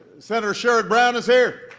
senator sherrod brown is here.